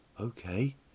okay